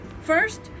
first